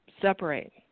separate